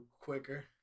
quicker